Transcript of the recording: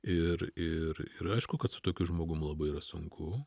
ir ir ir aišku kad su tokiu žmogum labai yra sunku